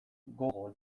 gogo